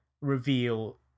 reveal